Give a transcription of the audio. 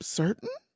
certain